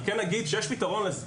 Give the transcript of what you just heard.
אני כן אגיד שיש לזה פתרון.